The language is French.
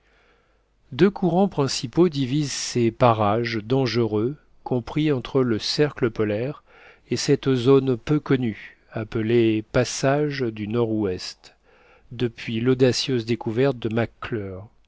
deux courants principaux divisent ces parages dangereux compris entre le cercle polaire et cette zone peu connue appelée passage du nord-ouest depuis l'audacieuse découverte de